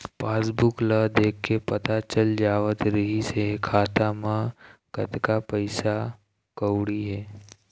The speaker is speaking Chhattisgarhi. पासबूक ल देखके पता चल जावत रिहिस हे खाता म कतना पइसा कउड़ी हे